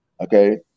Okay